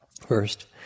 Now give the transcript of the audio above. first